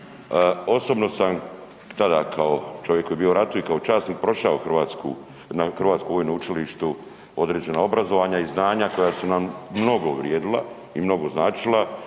Osobno sam tada kao čovjek koji je bio u ratu i kao časnik prošao Hrvatsku, na Hrvatskom vojnom učilištu određena obrazovanja i znanja koja su nam mnogo vrijedila i mnogo značila